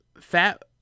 fat